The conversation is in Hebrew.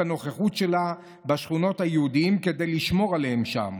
הנוכחות שלה בשכונות היהודים כדי לשמור עליהם שם.